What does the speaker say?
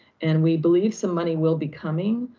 and we believe some money will be coming.